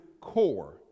core